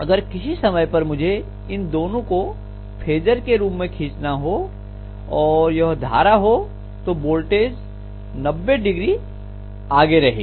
अगर किसी समय पर मुझे इन दोनों को फेजर के रूप में खींचना हो और यह धारा हो तो वोल्टेज 90ο आगे रहेगी